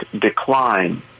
decline